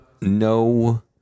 no